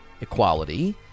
equality